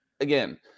again